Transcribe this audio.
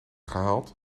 gehaald